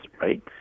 right